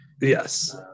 Yes